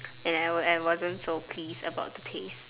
and I would I wasn't so pleased about the taste